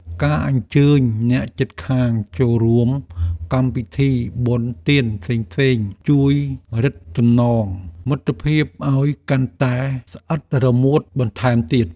ការអញ្ជើញអ្នកជិតខាងចូលរួមកម្មវិធីបុណ្យទានផ្សេងៗជួយរឹតចំណងមិត្តភាពឱ្យកាន់តែស្អិតរមួតបន្ថែមទៀត។